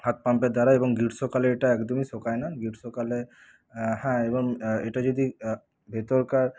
হাত পাম্পের দ্বারা এবং গ্রীষ্মকালে এটা একদমই শোকায় না গ্রীষ্মকালে হ্যাঁ এবং এটা যদি ভেতরকার